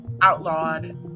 outlawed